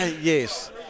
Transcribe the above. Yes